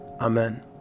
Amen